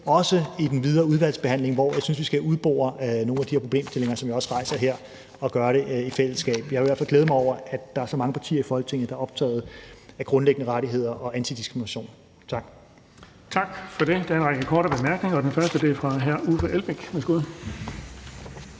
også i den videre udvalgsbehandling, hvor jeg synes, vi skal udbore nogle af de her problemstillinger, som jeg også rejser her, og gøre det i fællesskab. Jeg vil i hvert fald glæde mig over, at der er så mange partier i Folketinget, der er optaget af grundlæggende rettigheder og antidiskrimination. Tak. Kl. 17:13 Den fg. formand (Erling Bonnesen): Tak for det. Der er en række korte bemærkninger, og den første er fra hr. Uffe Elbæk.